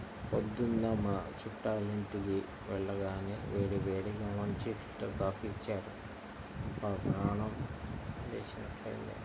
పొద్దున్న మా చుట్టాలింటికి వెళ్లగానే వేడివేడిగా మంచి ఫిల్టర్ కాపీ ఇచ్చారు, అబ్బా ప్రాణం లేచినట్లైంది